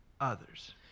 others